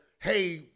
hey